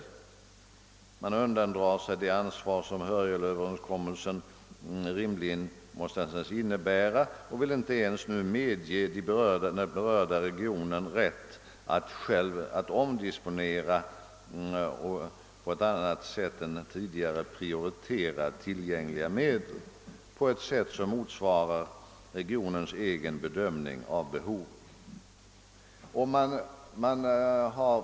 Regeringen undandrar sig det ansvar som Hörjelöverenskommelsen rimligen måste anses innebära och vill nu inte ens medge den berörda regionen rätt att omdisponera och på annat sätt än tidigare prioritera tillgängliga medel, d. v. s. prioritera på ett sätt som motsvarar regionens egen bedömning av behovet.